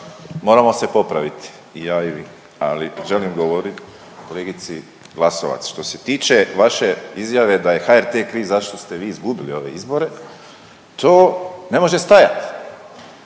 moramo se popraviti i ja i vi, ali želim govoriti kolegici Glasovac, što se tiče vaše izjave da je HRT kriv zašto ste vi izgubili ove izbore, to ne može stajati.